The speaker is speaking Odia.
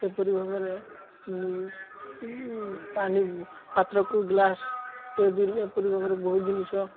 ଏହିପରି ଭାବରେ ପାଣି ପାତ୍ରକୁ ଗ୍ଲାସ୍ ଟେବୁଲ୍ ଏପରି ଭାବରେ ବହୁତ ଜିନିଷ